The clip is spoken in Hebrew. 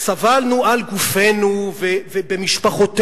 סבלנו על גופנו ובמשפחותינו,